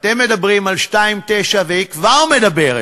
אתם מדברים על 2.9%, והיא כבר מדברת